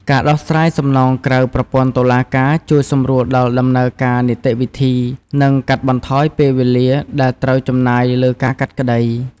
ការដោះស្រាយសំណងក្រៅប្រព័ន្ធតុលាការ ជួយសម្រួលដល់ដំណើរការនីតិវិធី និងកាត់បន្ថយពេលវេលាដែលត្រូវចំណាយលើការកាត់ក្តី។